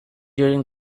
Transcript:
during